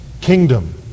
kingdom